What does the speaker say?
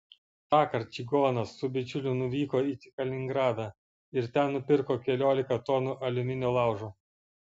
tąkart čigonas su bičiuliu nuvyko į kaliningradą ir ten nupirko keliolika tonų aliuminio laužo